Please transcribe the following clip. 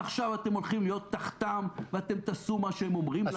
ועכשיו אתם הולכים להיות תחתיהם ותעשו מה שהם אומרים לכם.